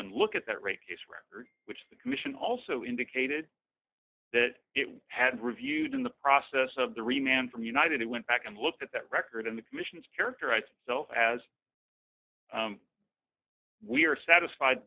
and look at that rate case record which the commission also indicated that it had reviewed in the process of the re man from united it went back and looked at that record in the commission's characterized so as we are satisfied